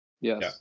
Yes